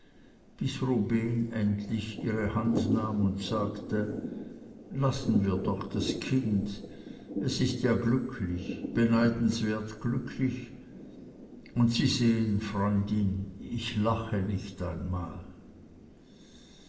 bis rubehn endlich ihre hand nahm und sagte lassen wir doch das kind es ist ja glücklich beneidenswert glücklich und sie sehen freundin ich lache nicht einmal